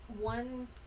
one